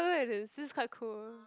look at this this quite cool